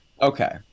Okay